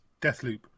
Deathloop